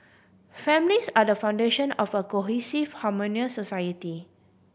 families are the foundation of a cohesive harmonious society